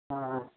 ہاں